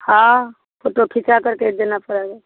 हाँ फ़ोटो खींचा कर के देना पड़ेगा